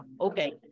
Okay